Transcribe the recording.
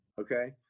Okay